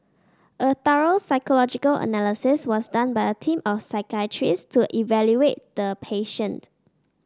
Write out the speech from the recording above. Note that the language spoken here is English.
a thorough psychological analysis was done by a team of psychiatrists to evaluate the patient